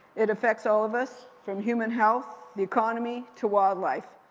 it affects all of us, from human health, the economy, to wildlife.